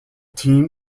team